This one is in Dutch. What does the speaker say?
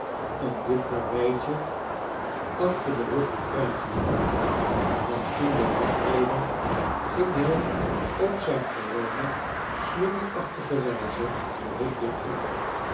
om dit karweitje achter den rug te krijgen want toen we wegreden ging hy op zijn gewone slungelachtige wyze de hut weer in